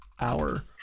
hour